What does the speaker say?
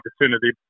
opportunity